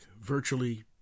Virtually